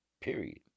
Period